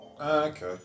Okay